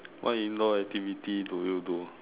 what indoor activity do you do